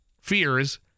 fears